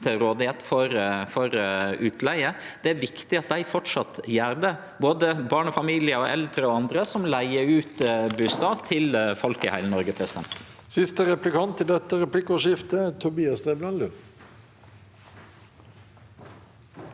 til rådigheit for utleige. Det er viktig at dei framleis gjer det, både barnefamiliar, eldre og andre som leiger ut bustad til folk i heile Noreg.